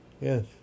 yes